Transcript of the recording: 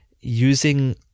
using